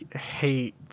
hate